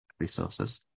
Resources